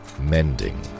mending